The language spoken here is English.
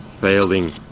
failing